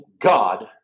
God